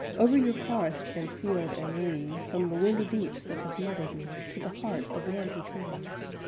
over your forest and field and lea, from the windy deeps that have mothered me, to the heart of one who cares.